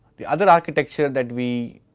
the other architecture that we